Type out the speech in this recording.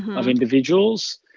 of individuals.